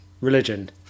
religion